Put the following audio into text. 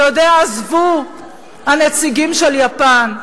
אתה יודע, עזבו הנציגים של יפן.